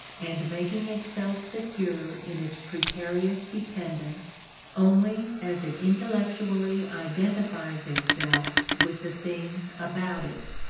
and making itself secure in its precarious dependence only as it intellectually identifies itself with the things about it,